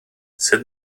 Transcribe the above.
sud